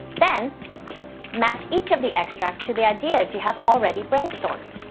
then match each of the extracts to the ideas you have already brainstormed.